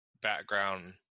background